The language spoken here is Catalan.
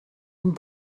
amb